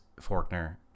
Forkner